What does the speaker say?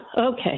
okay